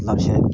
मतलब छै